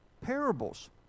parables